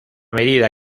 medida